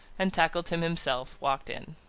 and tackleton himself walked in.